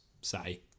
say